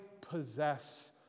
possess